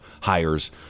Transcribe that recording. hires